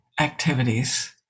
activities